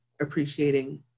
appreciating